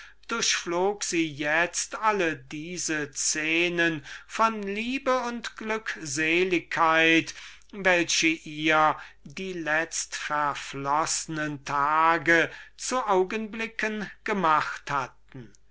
itzt alle diese szenen von liebe und glückseligkeit welche ihr die letztverfloßnen tage zu augenblicken gemacht hatten